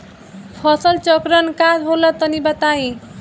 फसल चक्रण का होला तनि बताई?